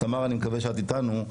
תמר אני מקווה שאת איתנו.